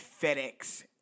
FedEx